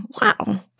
wow